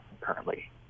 currently